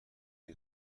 این